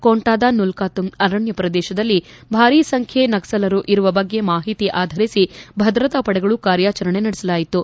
ಕೊಂಟಾದ ನುಲ್ಕಾತುಂಗ್ ಅರಣ್ಯ ಪ್ರದೇಶದಲ್ಲಿ ಭಾರಿ ಸಂಖ್ಯೆ ನಕ್ಷಲ್ರು ಇರುವ ಬಗ್ಗೆ ಮಾಹಿತಿ ಆಧರಿಸಿ ಭದ್ರತಾ ಪಡೆಗಳು ಕಾರ್ಯಾಚರಣೆ ನಡೆಸಲಾಯಿತು